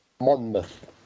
Monmouth